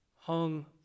hung